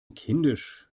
kindisch